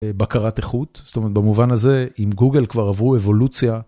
בקרת איכות זאת אומרת במובן הזה אם גוגל כבר עברו אבולוציה.